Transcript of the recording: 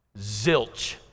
Zilch